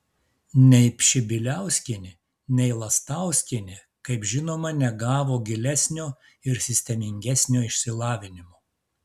nei pšibiliauskienė nei lastauskienė kaip žinoma negavo gilesnio ir sistemingesnio išsilavinimo